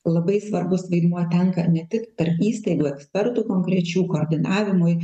labai svarbus vaidmuo tenka ne tik tarp įstaigų ekspertų konkrečių koordinavimui